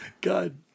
God